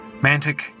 Mantic